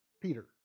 Peter